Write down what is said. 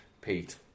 Pete